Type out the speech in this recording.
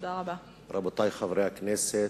רבותי חברי הכנסת,